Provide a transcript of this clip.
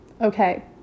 Okay